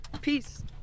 Peace